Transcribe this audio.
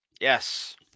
yes